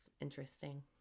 interesting